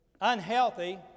unhealthy